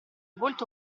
volto